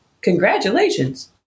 Congratulations